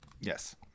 Yes